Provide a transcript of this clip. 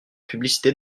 publicité